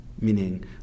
meaning